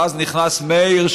ואז נכנס מאיר,